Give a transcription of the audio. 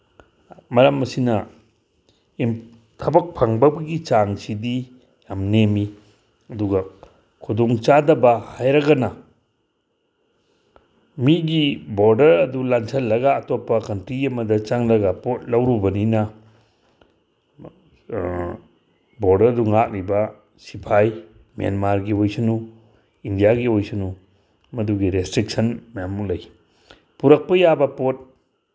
ꯃꯔꯝ ꯑꯁꯤꯅ ꯊꯕꯛ ꯐꯪꯗꯕꯒꯤ ꯆꯥꯡꯁꯤꯗꯤ ꯌꯥꯝ ꯅꯦꯝꯃꯤ ꯑꯗꯨꯒ ꯈꯨꯗꯣꯡꯆꯥꯗꯕ ꯍꯥꯏꯔꯒꯅ ꯃꯤꯒꯤ ꯕꯣꯔꯗꯔ ꯑꯗꯨ ꯂꯥꯟꯁꯤꯜꯂꯒ ꯑꯇꯣꯞꯄ ꯀꯟꯇ꯭ꯔꯤ ꯑꯃꯗ ꯆꯪꯂꯒ ꯄꯣꯠ ꯂꯧꯔꯨꯕꯅꯤꯅ ꯕꯣꯔꯗꯔꯗꯨ ꯉꯥꯛꯂꯤꯕ ꯁꯤꯐꯥꯏ ꯃꯦꯟꯃꯥꯔꯒꯤ ꯑꯣꯏꯁꯅꯨ ꯏꯟꯗꯤꯌꯥꯒꯤ ꯑꯣꯏꯁꯅꯨ ꯃꯗꯨꯒꯤ ꯔꯦꯁꯇ꯭ꯔꯤꯛꯁꯟ ꯃꯌꯥꯝ ꯑꯃ ꯂꯩ ꯄꯨꯔꯛꯄ ꯌꯥꯕ ꯄꯣꯠ